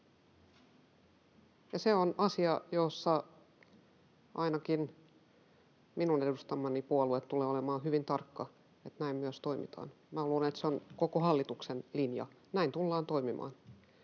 Se on asia, jossa ainakin minun edustamani puolue tulee olemaan hyvin tarkka, että näin myös toimitaan. Luulen, että se on koko hallituksen linja. Näin tullaan toimimaan.